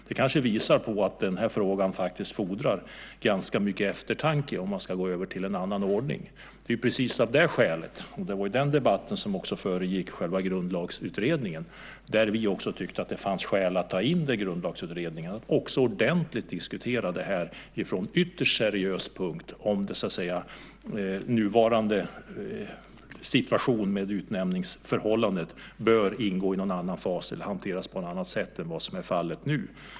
Det kanske visar att den här frågan faktiskt fordrar ganska mycket eftertanke om man ska gå över till en annan ordning. Det var ju den debatten som också föregick själva Grundlagsutredningen. Vi tyckte att det fanns skäl att ta in det i Grundlagsutredningen och också ordentligt diskutera det från en ytterst seriös utgångspunkt, om den nuvarande situationen med utnämningsförhållandet bör ingå i en annan fas eller hanteras på ett annat sätt än vad som är fallet nu.